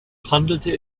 handelte